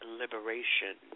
liberation